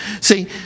See